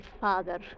father